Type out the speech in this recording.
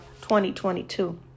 2022